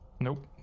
Nope